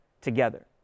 together